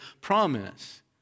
promise